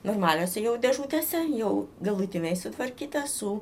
normaliose jau dėžutėse jau galutinai sutvarkyta su